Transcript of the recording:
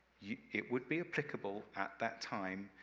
yeah it would be applicable, at that time,